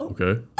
Okay